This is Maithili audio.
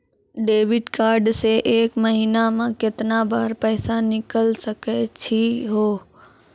डेबिट कार्ड से एक महीना मा केतना बार पैसा निकल सकै छि हो?